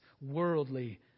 worldly